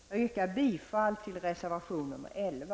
Jag yrkar bifall till reservation nr 11.